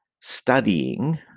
studying